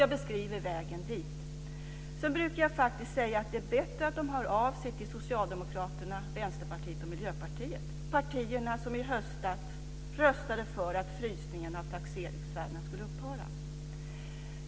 Jag beskriver också vägen dit. Sedan brukar jag säga att det är bättre att de hör av sig till Socialdemokraterna, Vänsterpartiet och Miljöpartiet, partierna som i höstas röstade för att frysningen av taxeringsvärdena skulle upphöra.